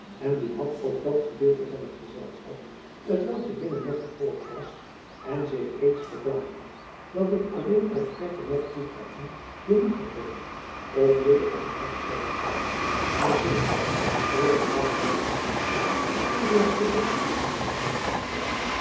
en dit had ook dat gedeelte van het gezelschap jacob van lennep elizabeth musch t welk den binnenweg gevolgd was en zich reeds beklaagde dat het alleen uit de verte mocht toekijken den moed gegeven om mede op het jachtveld te komen en zich eer de jacht weder aanving even als de rest in beweging te stellen